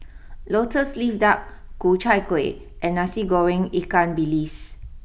Lotus leaf Duck Ku Chai Kuih and Nasi Goreng Ikan bilis